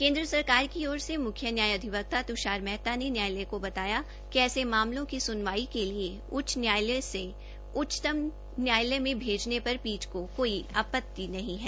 केन्द्र सरकार की ओर मुख्य न्याय अधिवक्ता त्षार मेहता ने न्यायालय को बताया कि ऐसे मामलों की सुनवाई के लिए उच्च न्यायालयों में उच्च न्यायालय में भेजने पर पीठ को कोई आपति नहीं है